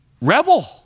rebel